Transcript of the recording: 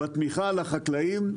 בתמיכה לחקלאים,